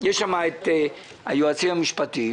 יש שם את היועצים המשפטיים,